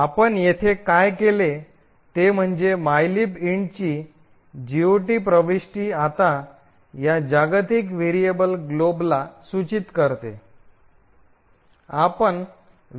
तर आपण येथे काय केले ते म्हणजे मायलीब इंटची mylib int जीओटी प्रविष्टी आता या जागतिक व्हेरिएबल ग्लोबला सूचित करते